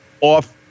off